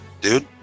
dude